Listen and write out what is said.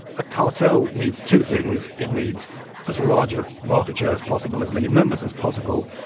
a cartel needs two things it needs as large ah market share as possible, as many members as possible,